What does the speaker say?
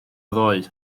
ddoe